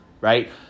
right